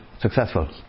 successful